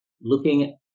looking